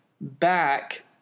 back